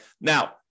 Now